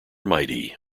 mighty